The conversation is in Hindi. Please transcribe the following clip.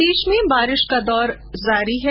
प्रदेश में बारिश का दौर जारी है